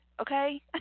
okay